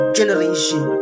generation